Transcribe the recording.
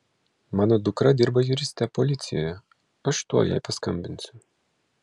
mano dukra dirba juriste policijoje aš tuoj jai paskambinsiu